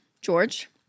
George